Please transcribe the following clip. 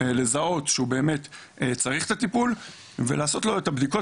לזהות שהוא באמת צריך את הטיפול ולעשות לו את הבדיקות,